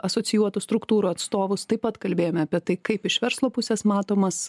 asocijuotų struktūrų atstovus taip pat kalbėjome apie tai kaip iš verslo pusės matomas